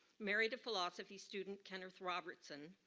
married a philosophy student, kenneth robertson,